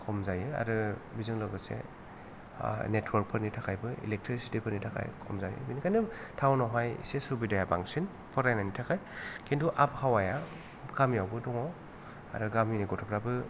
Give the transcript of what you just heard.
खम जायो आरो बेजों लोगोसे नेटवर्कफोरनि थाखायबो एलेकट्रिसितिफोरनि थाखाय खम जायो बेनिखाइनो थावनावहाय एसे सुबिधाया बांसिन फरायनायनि थाखाय खिन्थु आबहावाया गामियावबो दङ आरो गामिनि गथ'फ्राबो